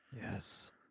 Yes